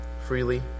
freely